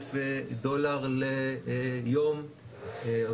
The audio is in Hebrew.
100,000 דולר ליום,